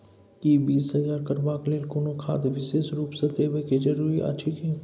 कि बीज तैयार करबाक लेल कोनो खाद विशेष रूप स देबै के जरूरी अछि की?